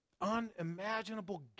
unimaginable